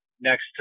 next